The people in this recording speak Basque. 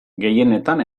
gehienetan